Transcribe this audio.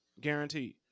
guaranteed